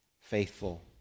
faithful